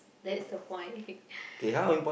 that's the point